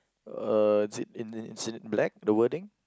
uh is it in is it black the wording